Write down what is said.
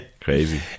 crazy